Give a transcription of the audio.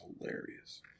hilarious